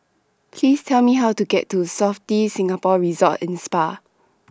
Please Tell Me How to get to Sofitel Singapore Resort and Spa